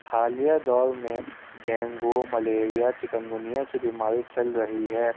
حالیہ دور میں ڈینگو ملیریا چِکن گنیا کی بیماری چل رہی ہے